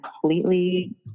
completely